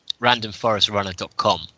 randomforestrunner.com